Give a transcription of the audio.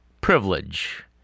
Privilege